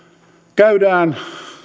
käydään